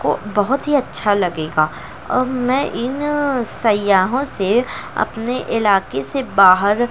کو بہت ہی اچّھا لگے گا میں ان سیاحوں سے اپنے علاقے سے باہر